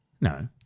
No